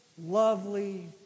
lovely